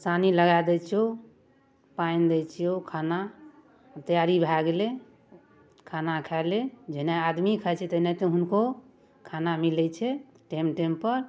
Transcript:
सानी लगा दै छियौ पानि दै छियौ खाना तैयारी भए गेलै खाना खा ले जहने आदमी खाइ छै तेनाहिते हुनको खाना मिलै छै टाइम टाइमपर